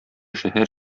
шәһәр